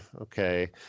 okay